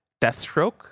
Deathstroke